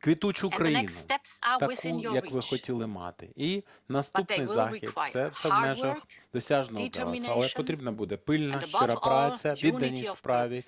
квітучу країну, таку, як ви хотіли мати. І наступний захід – це все в межах досяжного для вас. Але потрібна буде пильна, щира праця, відданість справі,